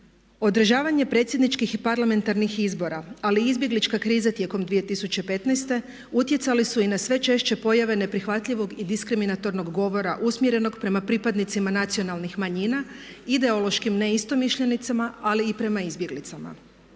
Održavanje predsjedničkih i parlamentarnih izbora ali izbjeglička kriza tijekom 2015. utjecali su i na sve češće pojave neprihvatljivog i diskriminatornog govora usmjerenog prema pripadnicima nacionalnih manjina, ideološkim ne istomišljenicima ali i prema izbjeglicama.